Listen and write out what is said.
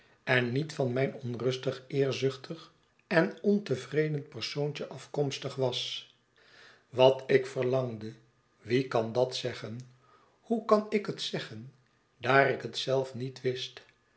en niet van mijn onrustig eerzuchtig en ontevreden persoontje afkomstig was wat ik verlangde wie kan dat zeggen hoe kan ik het zeggen daar ik het zelf niet wist